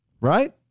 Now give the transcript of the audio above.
Right